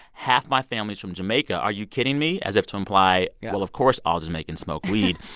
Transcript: half my family's from jamaica. are you kidding me? as if to imply. yeah. well, of course, all jamaican smoke weed.